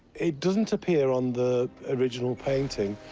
it doesn't appear on the original painting.